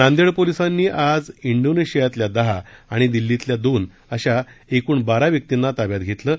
नांदेड पोलीसांनी आज इंडोनेशियातल्या दहा आणि दिल्लीतील दोन अशा एकूण बारा व्यक्तींना ताब्यात घेतले आहे